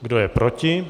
Kdo je proti?